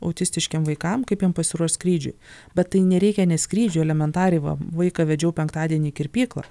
autistiškiem vaikam kaip jiem pasiruošt skrydžiui bet tai nereikia net skrydžio elementariai va vaiką vedžiau penktadienį į kirpyklą